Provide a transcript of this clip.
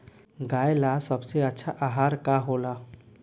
गाय ला सबसे अच्छा आहार का होला?